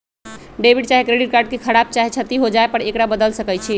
debit चाहे credit card के खराप चाहे क्षति हो जाय पर एकरा बदल सकइ छी